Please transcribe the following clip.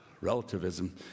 Relativism